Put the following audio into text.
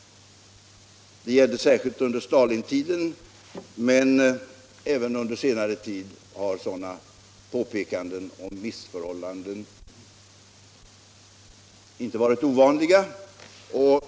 Det gällde särskilt under Stalintiden, men även under senare tid har sådana påpekanden om missförhållanden inte varit ovanliga.